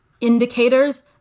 indicators